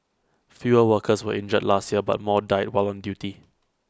fewer workers were injured last year but more died while on duty